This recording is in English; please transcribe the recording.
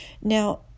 Now